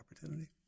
opportunity